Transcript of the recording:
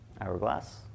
Hourglass